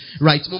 right